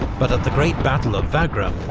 but at the great battle of wagram,